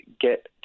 get